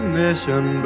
mission